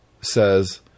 says